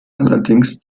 allerdings